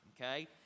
okay